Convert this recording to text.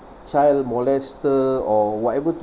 child molester or whatever